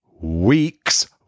weeks